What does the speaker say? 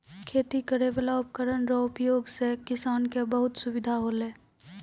खेती करै वाला उपकरण रो उपयोग से किसान के बहुत सुबिधा होलै